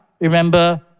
remember